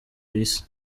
isi